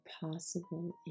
possible